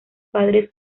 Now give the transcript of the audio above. padres